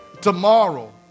tomorrow